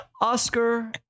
Oscar